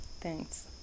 Thanks